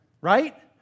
Right